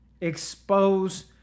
expose